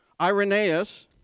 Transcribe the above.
Irenaeus